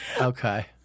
Okay